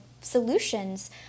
solutions